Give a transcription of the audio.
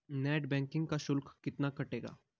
Net banking का शुल्क कितना कटेगा?